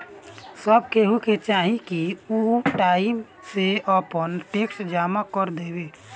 सब केहू के चाही की उ टाइम से आपन टेक्स जमा कर देवे